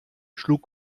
schlug